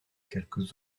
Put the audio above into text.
quelques